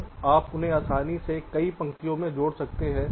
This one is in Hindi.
तो आप उन्हें आसानी से कई पंक्तियों में जोड़ सकते हैं